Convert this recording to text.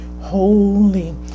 holy